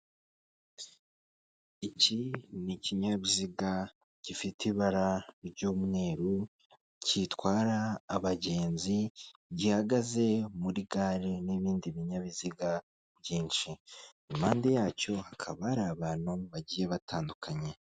Iki ni ikinyabiziga gifite ibara ry'umweru, gitwara abagenzi, gihagaze muri gare n'ibindi binyabiziga byinshi, impande yacyo hakaba hari abantu bagiye batandukanye.